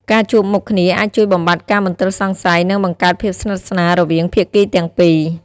ការជួបមុខគ្នាអាចជួយបំបាត់ការមន្ទិលសង្ស័យ និងបង្កើតភាពស្និទ្ធស្នាលរវាងភាគីទាំងពីរ។